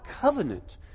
covenant